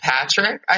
Patrick